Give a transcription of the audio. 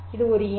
இது ஒரு எண்